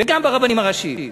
וגם ברבנים הראשיים.